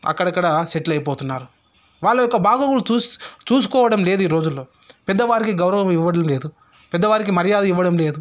అక్కడక్కడా సెటిల్ అయిపోతున్నారు వాళ్ళ యొక్క బాగోగులు చూసుకోవడం లేదు ఈ రోజుల్లో పెద్దవారికి గౌరవం ఇవ్వడం లేదు పెద్దవారికి మర్యాద ఇవ్వడం లేదు